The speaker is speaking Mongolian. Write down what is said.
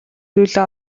зүйлээ